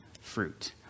fruit